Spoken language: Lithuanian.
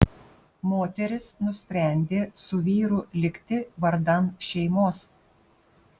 moteris nusprendė su vyru likti vardan šeimos